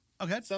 Okay